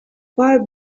fire